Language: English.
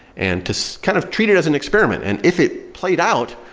and to so kind of treat it as an experiment. and if it played out,